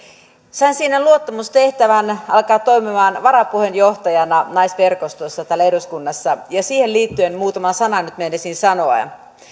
sain siinä luottamustehtävän alkaa toimimaan varapuheenjohtajana naisverkostossa täällä eduskunnassa ja siihen liittyen muutama sanan nyt meinasin sanoa